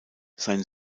sein